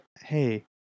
hey